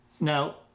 Now